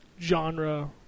genre